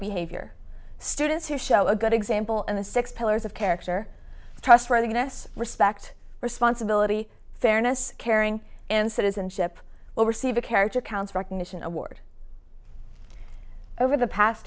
behavior students here show a good example and the six pillars of character trustworthiness respect responsibility fairness caring and citizenship oversea of a character counts recognition award over the past